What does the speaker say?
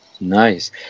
Nice